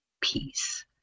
peace